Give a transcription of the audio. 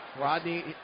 Rodney